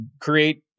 create